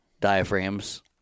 diaphragms